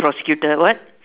prosecutor what